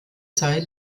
zeit